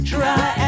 Try